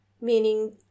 meaning